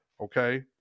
Okay